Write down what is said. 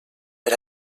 per